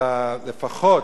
אבל לפחות,